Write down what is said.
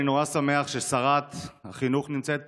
אני שמח ששרת החינוך נמצאת פה,